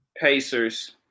Pacers